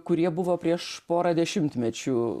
kurie buvo prieš porą dešimtmečių